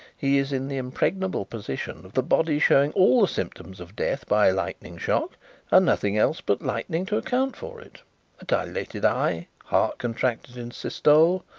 he is in the impregnable position of the body showing all the symptoms of death by lightning shock and nothing else but lightning to account for it a dilated eye, heart contracted in systole,